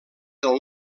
del